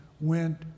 went